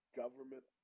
government